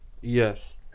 Yes